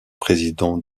président